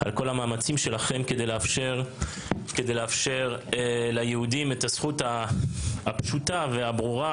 תודה על כל המאמצים שלכם לאפשר ליהודים את הזכות הפשוטה והברורה